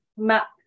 map